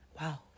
Wow